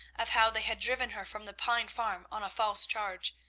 of how they had driven her from the pine farm on a false charge,